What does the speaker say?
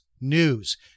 News